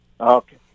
Okay